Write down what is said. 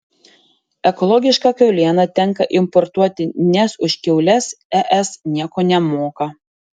ekologišką kiaulieną tenka importuoti nes už kiaules es nieko nemoka